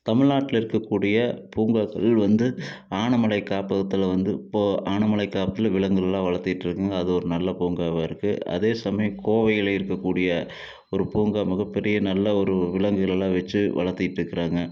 தமிழ்நாட்டில் இருக்க கூடிய பூங்காக்கள் வந்து ஆனைமலை காப்பகத்தில் வந்து இப்போ ஆனைமலை காப்பகத்தில் விலங்குகள் எல்லாம் வளர்த்திகிட்டு இருக்காங்க அது ஒரு நல்ல பூங்காவாக இருக்கு அதே சமயம் கோவையில இருக்க கூடிய ஒரு பூங்கா மிக பெரிய நல்லா ஒரு விலங்குகள் எல்லாம் வச்சு வளர்த்திட்டு இருக்குறாங்க